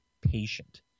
patient